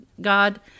God